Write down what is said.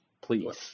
please